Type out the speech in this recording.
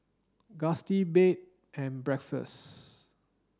Gusti Bed and Breakfast